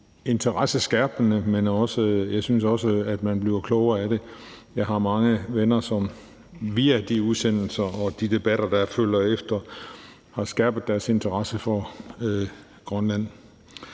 interesseskærpende, men jeg synes også, at man bliver klogere af det. Jeg har mange venner, som via de udsendelser og de debatter, der følger efter, har fået skærpet deres interesse for Grønland.